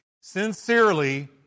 sincerely